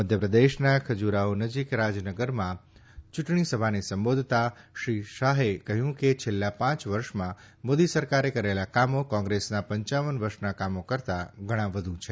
મધ્ય પ્રદેશના ખજુરાહો નજીક રાજનગરમાં ચુંટણી સભાને સંબોધતા શ્રી શાહે કહયું કે છેલ્લા પાંચ વર્ષમાં મોદી સરકારે કરેલા કામો કોંગ્રેસના પંચાવન વર્ષના કામો કરતાં ઘણા વધુ છે